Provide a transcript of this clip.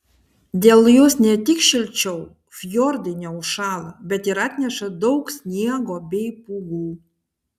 dėl jos ne tik šilčiau fjordai neužšąla bet ir atneša daug sniego bei pūgų